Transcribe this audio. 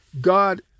God